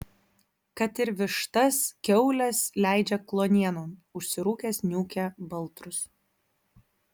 kad ir vištas kiaules leidžia kluonienon užsirūkęs niūkia baltrus